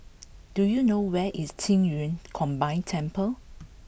do you know where is Qing Yun Combined Temple